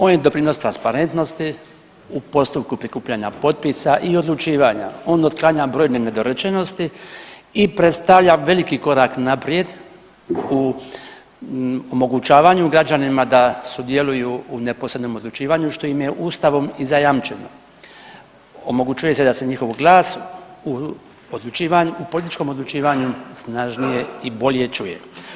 On je doprinos transparentnosti u postupku prikupljanja potpisa i odlučivanja, on otklanja brojne nedorečenosti i predstavlja veliki korak naprijed u omogućavanju građanima da sudjeluju u neposrednom odlučivanju što im je Ustavom i zajamčeno, omogućuje se da se njihov glas u političkom odlučivanju snažnije i bolje čuje.